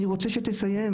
אני רוצה שתסיים.